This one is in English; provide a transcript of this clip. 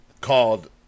called